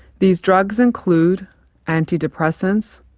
these drugs include antidepressants,